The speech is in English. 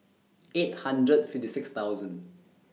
eight hundred fifty six thousand